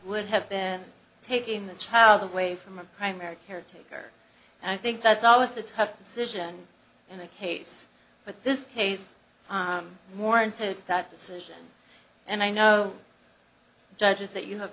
would have been taking the child away from a primary caretaker and i think that's always the tough decision in the case but this case more into that decision and i know judges that you have